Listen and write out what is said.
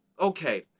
Okay